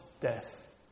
death